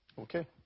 Okay